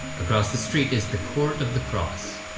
across the street is the court of the cross.